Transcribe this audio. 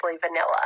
vanilla